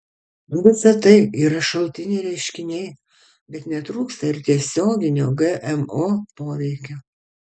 visa tai yra šalutiniai reiškiniai bet netrūksta ir tiesioginio gmo poveikio